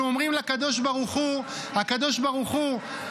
אנחנו אומרים לקדוש ברוך הוא: הקדוש ברוך הוא,